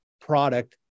product